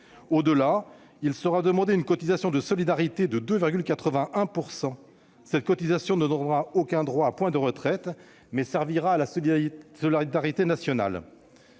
Au-delà, il sera demandé une cotisation de solidarité de 2,81 % qui ne donnera aucun droit à point de retraite, mais servira à la solidarité nationale.